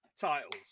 Titles